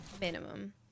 Minimum